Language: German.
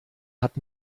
hat